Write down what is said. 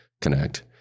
Connect